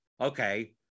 Okay